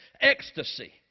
ecstasy